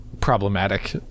problematic